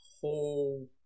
whole